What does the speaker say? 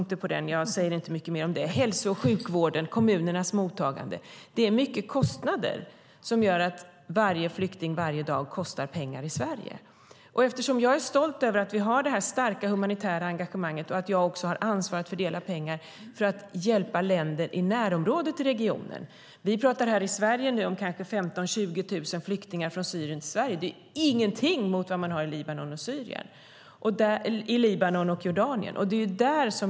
Dagersättningen kan man ha många synpunkter på, men jag ska inte säga mer om det. Det är mycket kostnader. Varje flykting kostar pengar varje dag. Jag är stolt över att vi har ett starkt humanitärt engagemang och att jag har ansvar för att fördela pengar för att hjälpa länder i närområdet till krisregionen. Vi pratar här i Sverige om kanske 15 000-20 000 flyktingar från Syrien. Det är ingenting mot vad man har i Libanon och Jordanien.